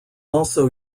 also